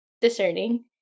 discerning